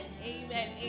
amen